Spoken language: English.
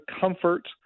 comfort